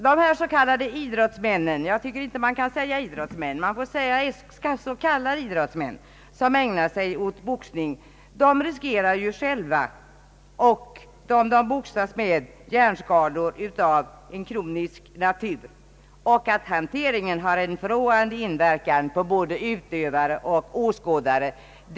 Dessa s.k. idrottsmän — man kan inte säga idrottsmän utan får säga s.k. idrottsmän — som ägnar sig åt boxning riskerar att åsamka sig själva och dem de boxas med hjärnskador av kronisk natur. Jag tror heller inte att någon kan betvivla att hanteringen har en förråande inverkan på både utövare och åskådare.